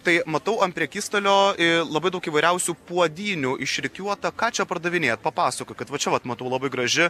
tai matau ant prekystalio ir labai daug įvairiausių puodynių išrikiuota ką čia pardavinėjat papasakokit va čia vat matau labai graži